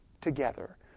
together